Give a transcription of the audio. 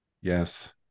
Yes